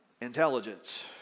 intelligence